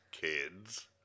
kids